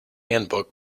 handbook